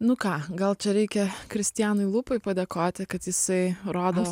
nu ką gal čia reikia kristianui lupai padėkoti kad jisai rodo